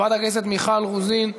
חברת הכנסת מיכל רוזין,